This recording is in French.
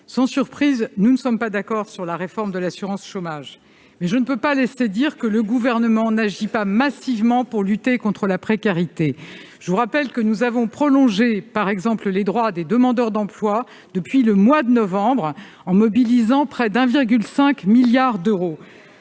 sans surprise, nous ne sommes pas d'accord sur la réforme de l'assurance chômage, mais je ne peux pas laisser dire que le Gouvernement n'agit pas massivement pour lutter contre la précarité. Je vous rappelle que nous avons prolongé les droits des demandeurs d'emploi depuis le mois de novembre dernier en mobilisant plus de 1,5 milliard d'euros.